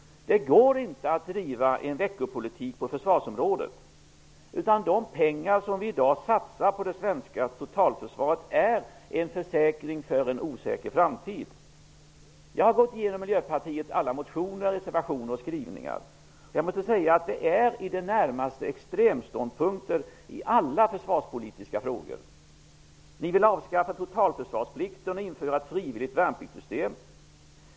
Det går inte att driva en veckopolitik på försvarsområdet. De pengar som i dag satsas på det svenska totalförsvaret är en försäkring för en osäker framtid. Jag har gått igenom Miljöpartiets alla motioner, reservationer och skrivningar. Jag måste säga att man har i det närmaste extremståndpunkter i alla försvarspolitiska frågor. Ni vill avskaffa totalförsvarsplikten och införa ett frivilligt värnpliktssystem.